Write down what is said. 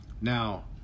Now